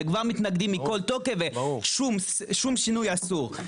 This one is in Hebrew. וכבר מתנגדים מכל תוקף ושום שינוי אסור.